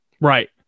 right